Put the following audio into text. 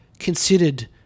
considered